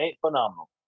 phenomenal